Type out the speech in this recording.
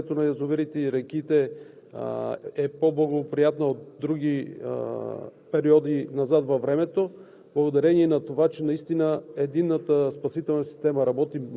че ситуацията с валежите и с преливането на язовирите и реките е по-благоприятна от други периоди назад във времето,